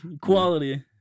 quality